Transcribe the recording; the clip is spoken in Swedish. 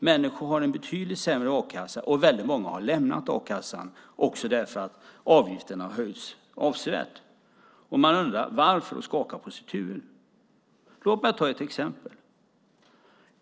Människor har nu en betydligt sämre a-kassa, och väldigt många har lämnat a-kassan därför att avgiften har höjts avsevärt. De undrar varför och skakar på huvudet. Låt mig ta ett exempel.